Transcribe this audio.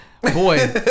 Boy